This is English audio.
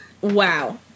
Wow